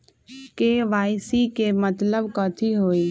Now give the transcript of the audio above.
KYC के मतलब कथी होई?